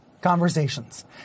conversations